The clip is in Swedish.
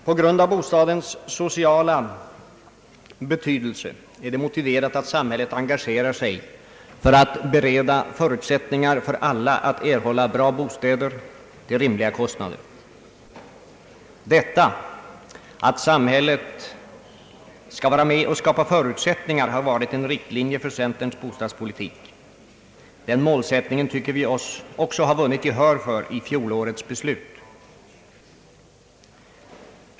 På grund av bostadens sociala betydelse är det motiverat att samhället engagerar sig för att bereda förutsättningar för alla att erhålla bra bostäder till rimliga kostnader. Detta att samhället skall vara med och skapa förutsättningar har varit och är en riktlinje för centerns bostadspolitik. Den målsättningen tycker vi oss också ha vunnit gehör för i fjolårets beslut.